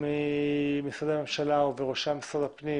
ממשרדי הממשלה ובראשם משרד הפנים,